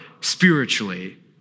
spiritually